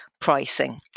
Pricing